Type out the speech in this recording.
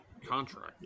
Contract